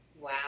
wow